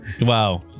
wow